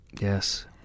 Yes